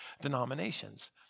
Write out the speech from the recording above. denominations